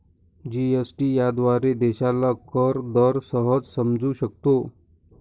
GST याद्वारे देशाला कर दर सहज समजू शकतो